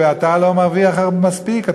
ואתה לא מרוויח מספיק.